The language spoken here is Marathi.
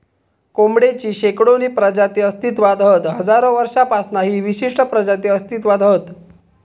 कोंबडेची शेकडोनी प्रजाती अस्तित्त्वात हत हजारो वर्षांपासना ही विशिष्ट प्रजाती अस्तित्त्वात हत